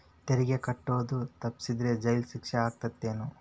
ತೆರಿಗೆ ಕಟ್ಟೋದ್ ತಪ್ಸಿದ್ರ ಜೈಲ್ ಶಿಕ್ಷೆ ಆಗತ್ತೇನ್